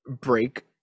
break